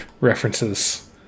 References